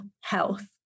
health